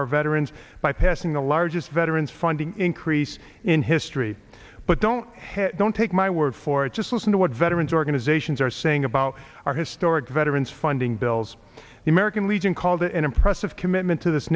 our veterans by passing the largest veterans funding increase in history but don't don't take my word for it just listen to what veterans organizations are saying about our historic veterans funding bills the american legion called it an impressive commitment to this